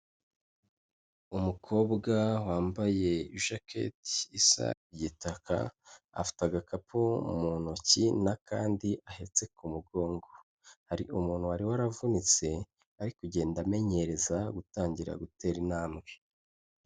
Umukobwa wambaye ijaketi isa igitaka, afite agakapu mu ntoki n'akandi ahetse ku mugongo, hari umuntu wari waravunitse ari kugenda amenyereza gutangira gutera intambwe.